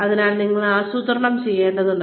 അതിനാൽ നിങ്ങൾ ആസൂത്രണം ചെയ്യേണ്ടതുണ്ട്